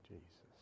Jesus